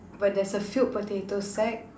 but there's a filled potato sack